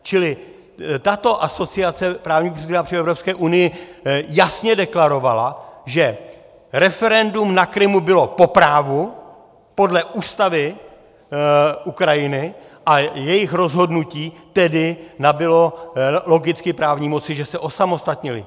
Čili tato asociace právníků při Evropské unii jasně deklarovala, že referendum na Krymu bylo po právu podle Ústavy Ukrajiny, a jejich rozhodnutí tedy nabylo logicky právní moci, že se osamostatnili.